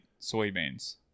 soybeans